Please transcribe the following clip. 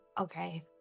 Okay